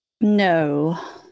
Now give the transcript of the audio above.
No